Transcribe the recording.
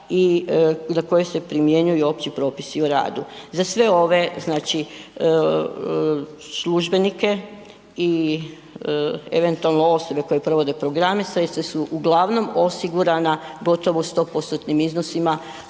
i na koje se primjenjuju opći propisi o radu. Za sve ove znači, službenike i eventualno osobe koje provode programe sredstva su uglavnom osigurana gotovo u 100%-tim iznosima